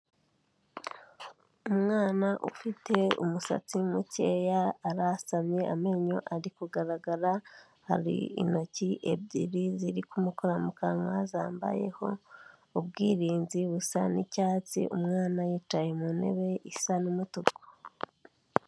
Umwana ufite umusatsi mukeya, arasamye amenyo ari kugaragara, hari intoki ebyiri ziri kumukora mu kanwa zambayeho ubwirinzi busa n'icyatsi, umwana yicaye mu ntebe isa n'umutuku.